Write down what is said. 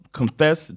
confess